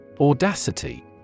Audacity